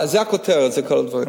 זה הכותרת, זה כל הדברים.